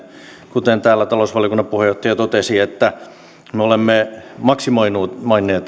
kuten täällä talousvaliokunnan puheenjohtaja totesi me olemme maksimoineet